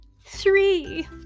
three